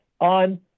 on